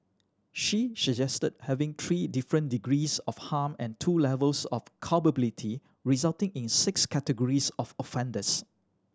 she suggested having three different degrees of harm and two levels of culpability resulting in six categories of offenders